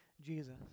Jesus